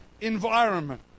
environment